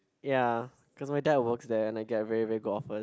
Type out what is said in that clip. ya cause my dad works there and I get a very very good offer